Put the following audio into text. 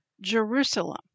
Jerusalem